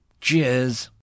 Cheers